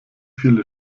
viele